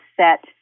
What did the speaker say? set